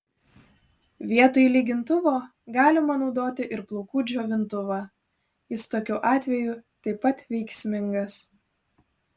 vietoj lygintuvo galima naudoti ir plaukų džiovintuvą jis tokiu atveju taip pat veiksmingas